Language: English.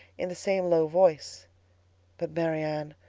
in the same low voice but, marianne,